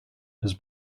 his